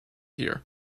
here